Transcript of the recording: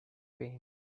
pain